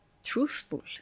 truthful